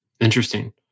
Interesting